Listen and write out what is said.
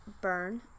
burn